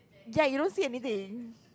ya you don't see anything